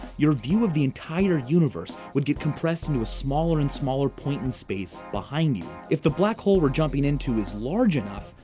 your view of the entire universe would get compressed into a smaller and smaller point in space behind you. if the black hole we're jumping into was large enough,